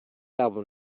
album